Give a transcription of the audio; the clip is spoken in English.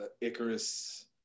Icarus